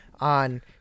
on